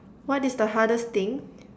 what is the hardest thing